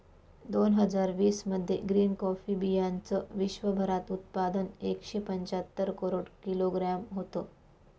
दोन हजार वीस मध्ये ग्रीन कॉफी बीयांचं विश्वभरात उत्पादन एकशे पंच्याहत्तर करोड किलोग्रॅम होतं